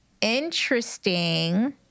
interesting